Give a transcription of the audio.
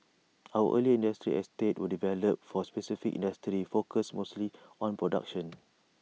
our earlier industrial estates were developed for specific industries focused mostly on production